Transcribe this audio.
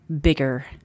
bigger